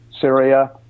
Syria